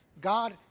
God